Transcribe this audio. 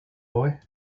boy